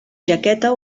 jaqueta